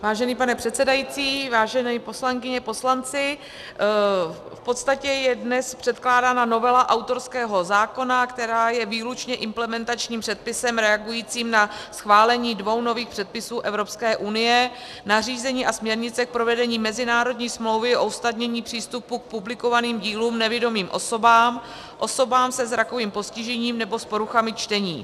Vážený pane předsedající, vážené poslankyně, poslanci, v podstatě je dnes předkládána novela autorského zákona, která je výlučně implementačním předpisem reagujícím na schválení dvou nových předpisů Evropské unie, nařízení a směrnice k provedení mezinárodní smlouvy o usnadnění přístupu k publikovaným dílům nevidomým osobám, osobám se zrakovým postižením nebo s poruchami čtení.